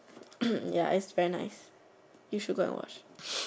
ya is very nice you should go and watch